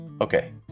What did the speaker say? okay